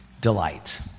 delight